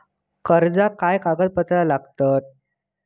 कर्जाक काय कागदपत्र लागतली?